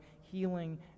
healing